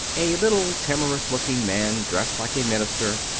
a little timorous-looking man, dressed like a minister,